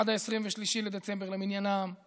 עד 23 בדצמבר למניינם,